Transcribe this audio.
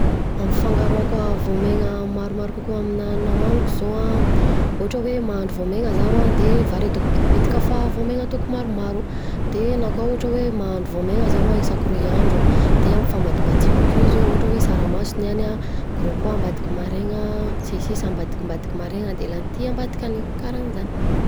Ampifangaroako voamaina maromaro kokoa aminà hanina hoaniko zao an ohatra hoe: mahandro voamaina zaho an de vary ataoko bitibitika fa, voamaina ataoko maromaro de na koa ohatra hoe mahandro voamaina zaho isaky roy andro, de ampifamadibadeko akeo izy ohatra hoe: tsaramaso niany an gros poid ambadika maraina, tsiasisa ambadika ambadika maraina, de lanty ambadikla an'iny karanzany.